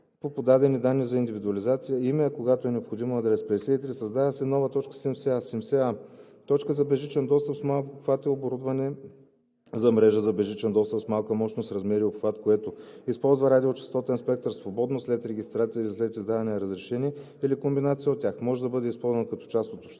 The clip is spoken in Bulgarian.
по подадени данни за индивидуализация – име, а когато е необходимо – адрес.“ 53. Създава се нова т. 70а: „70а. „Точка за безжичен достъп с малък обхват“ е оборудване за мрежа за безжичен достъп с малка мощност, размери и обхват, което: използва радиочестотен спектър свободно, след регистрация или след издаване на разрешение, или комбинация от тях; може да бъде използвано като част от